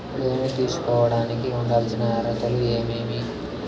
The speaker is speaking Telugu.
లోను తీసుకోడానికి ఉండాల్సిన అర్హతలు ఏమేమి?